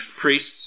priests